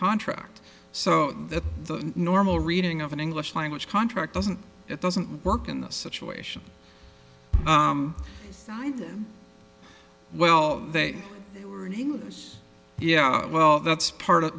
contract so that the normal reading of an english language contract doesn't it doesn't work in this situation well they were doing this yeah well that's part of